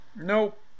Nope